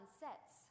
sets